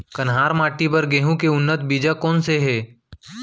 कन्हार माटी बर गेहूँ के उन्नत बीजा कोन से हे?